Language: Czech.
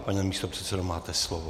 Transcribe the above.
Pane místopředsedo, máte slovo.